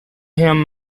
him